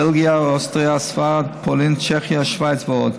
בלגיה, אוסטריה, ספרד, פולין, צ'כיה ושווייץ.